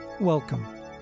Welcome